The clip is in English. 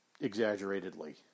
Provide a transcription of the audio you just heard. exaggeratedly